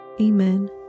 Amen